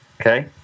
Okay